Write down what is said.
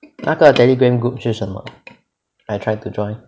那个 Telegram group 是什么 I try to join